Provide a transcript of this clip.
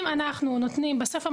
בסוף,